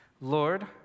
Lord